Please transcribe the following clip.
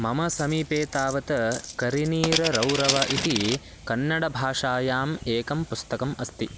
मम समीपे तावत् करिनीर रौरव इति कन्नडभाषायाम् एकं पुस्तकम् अस्ति